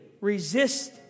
resist